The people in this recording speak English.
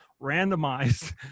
randomized